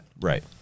Right